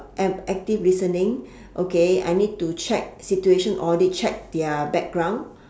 and active listening okay I need to check situation or to check their background